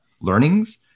learnings